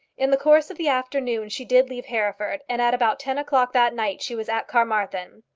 in the course of the afternoon she did leave hereford, and at about ten o'clock that night she was at carmarthen.